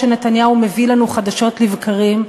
שנתניהו מביא לנו חדשות לבקרים,